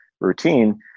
routine